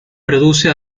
produce